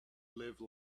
live